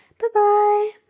Bye-bye